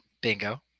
Bingo